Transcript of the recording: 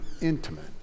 intimate